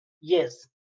Yes